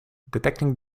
detecting